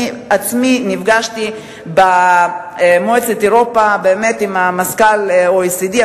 אני עצמי נפגשתי במועצת אירופה עם מזכ"ל ה-OECD,